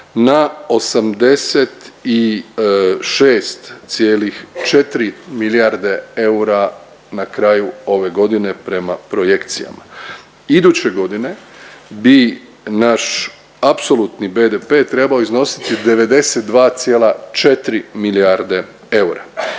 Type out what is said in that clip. na 86,4 milijarde eura na kraju ove godine prema projekcijama. Iduće godine bi naš apsolutni BDP trebao iznositi 92,4 milijarde eura,